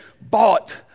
bought